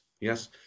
yes